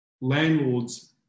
Landlords